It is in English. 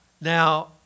Now